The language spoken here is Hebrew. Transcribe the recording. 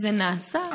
זה נעשה.